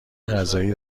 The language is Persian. غذایی